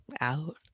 out